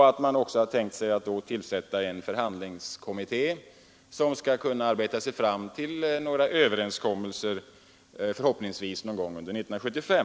Man har då tänkt tillsätta en förhandlingskommitté, som skall kunna nå fram till överenskommelser förhoppningsvis någon gång under 1975.